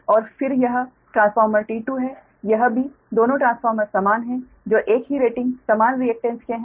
और फिर यह ट्रांसफॉर्मर T2 है यह भी दोनों ट्रांसफार्मर समान हैं जो एक ही रेटिंग समान रिएकटेन्स के है